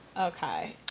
Okay